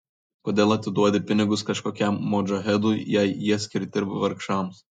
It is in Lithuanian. kodėl atiduodi pinigus kažkokiam modžahedui jei jie skirti vargšams